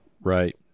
Right